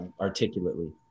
articulately